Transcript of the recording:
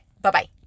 Bye-bye